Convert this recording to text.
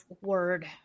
word